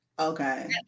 Okay